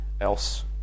else